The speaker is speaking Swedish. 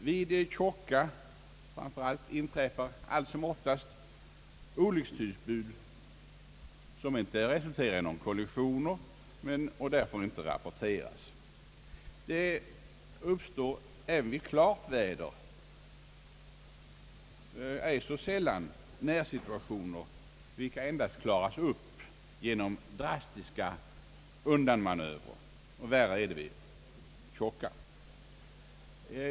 Framför allt vid tjocka inträffar allt som oftast olyckstillbud, som inte resulterar i några kollisioner och därför inte rapporteras. Inte så sällan uppstår även vid klart väder närsituationer, vilka klaras upp endast genom drastiska undanmanövrer, Värst är det, som sagt, vid tjocka.